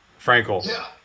Frankel